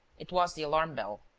it was the alarm-bell.